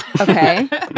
Okay